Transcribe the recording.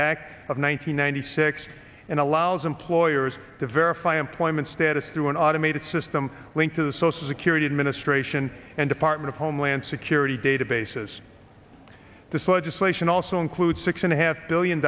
hundred sixty and allows employers to verify employment status through an automated system linked to the social security administration and department of homeland security databases this legislation also includes six and a half billion